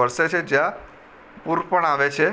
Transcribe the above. વરસે છે જ્યાં પૂર પણ આવે છે